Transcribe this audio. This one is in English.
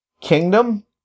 kingdom